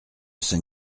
saint